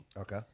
Okay